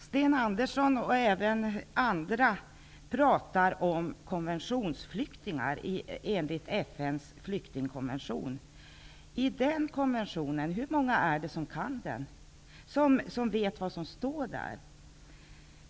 Sten Andersson och även andra talar om konventionsflyktingar enligt FN:s flyktingkonvention. Hur många är det som vet vad som står i den konventionen?